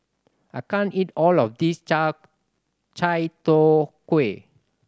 I can't eat all of this chai tow kway